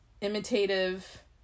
imitative